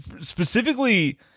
specifically